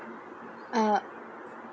uh